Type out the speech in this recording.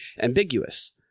ambiguous